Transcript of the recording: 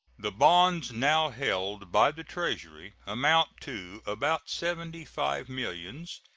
the bonds now held by the treasury amount to about seventy-five millions,